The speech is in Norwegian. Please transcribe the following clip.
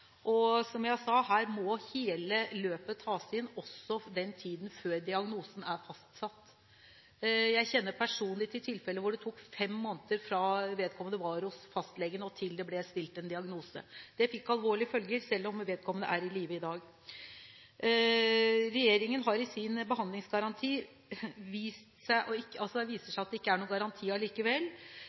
– som jeg sa – her må hele løpet tas inn, også tiden før diagnosen er fastsatt. Jeg kjenner personlig til tilfeller hvor det tok fem måneder fra vedkommende var hos fastlegen, til det ble stilt en diagnose. Det fikk alvorlige følger, selv om vedkommende er i live i dag. Regjeringens behandlingsgaranti har vist seg å ikke være noen garanti allikevel.